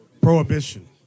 Prohibition